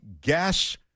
gas